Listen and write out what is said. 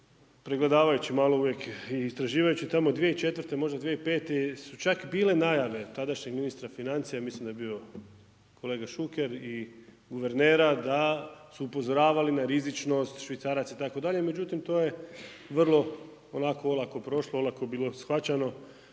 pregledavajući malo uvijek i istraživajući tamo 2004., možda 2005. su čak bile najave tadašnjeg ministra financija, ja mislim da je bio kolega Šuker i guvernera da su upozoravali na rizičnost švicaraca itd., međutim, to je vrlo lako, olako prošlo, olako bilo shvaćeno